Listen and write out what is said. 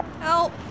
help